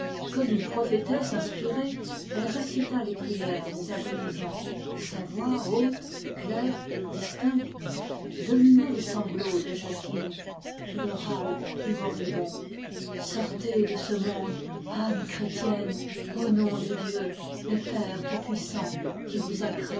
comme une prophétesse inspirée elle récita les prières des agonisants sa voix haute dominait les sanglots de jacquine et le râle du moribond sortez de ce monde âme chrétienne au nom de dieu le père tout-puissant qui vous a